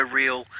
real